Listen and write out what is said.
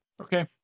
okay